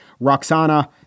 Roxana